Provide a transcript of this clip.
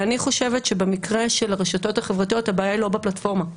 ואני חושבת שברשתות החברתיות הבעיה היא לא בפלטפורמה.